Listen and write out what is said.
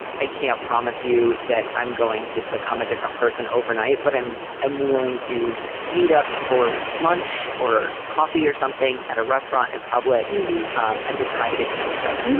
i can't promise you that i'm going to become a different person overnight, but i'm i'm willing to meet up for lunch or coffee or something at a restaurant in public um and to try to get to know each other.